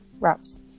Routes